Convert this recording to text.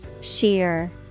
Sheer